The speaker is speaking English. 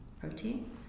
protein